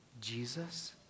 Jesus